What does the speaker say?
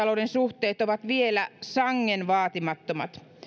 kiertotalouden suhteen ovat vielä sangen vaatimattomat